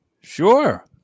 sure